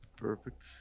Perfect